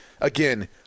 again